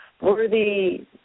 worthy